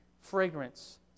fragrance